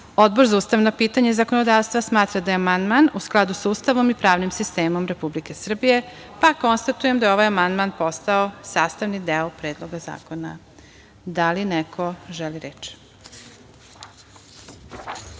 za ustavna pitanja i zakonodavstvo smatra da je amandman u skladu sa Ustavom i pravnim sistemom Republike Srbije. Konstatujem da je ovaj amandman postao sastavni deo Predloga zakona. Da li neko želi reč? Reč